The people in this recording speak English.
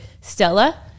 Stella